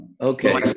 Okay